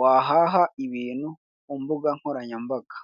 wahaha ibintu ku mbuga nkoranyambaga.